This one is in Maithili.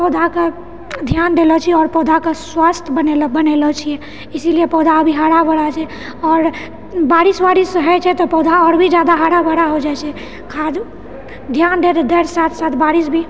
पौधाके ध्यान देलो छी आओर पौधाके स्वास्थ्य बनेल बनेलो छी इसिलिए पौधा अभी हराभरा छै आओर बारिश वारिश होइछै तऽ पौधा आओर भी जादा हराभरा हो जाइछै खाद ध्यान देके साथ साथ बारिश भी